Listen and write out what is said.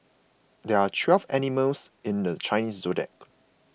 there are twelve animals in the Chinese zodiac